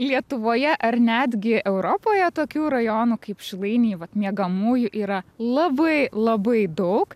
lietuvoje ar netgi europoje tokių rajonų kaip šilainiai vat miegamųjų yra labai labai daug